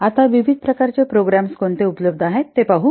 आता विविध प्रकारचे प्रोग्राम्स कोणते उपलब्ध आहेत ते पाहू